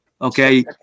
okay